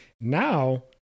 now